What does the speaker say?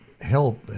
help